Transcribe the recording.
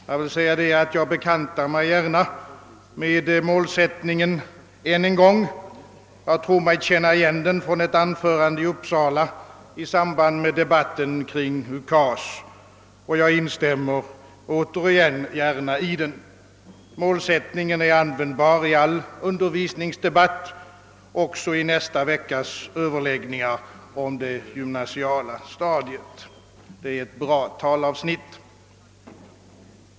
Jag bekantar mig också gärna med den målsättningen än en gång; jag tyckte mig känna igen den från ett anförande i Uppsala i samband med debatten kring UKAS, och jag instämmer åter i den. Målsättningen är användbar i all undervisningsdebatt, också i nästa veckas överläggningar om det gymnasiala stadiet. Det är ett bra talavsnitt.